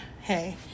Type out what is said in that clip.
hey